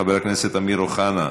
חבר הכנסת אמיר אוחנה,